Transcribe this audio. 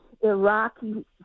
Iraqi